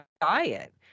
diet